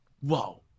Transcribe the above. whoa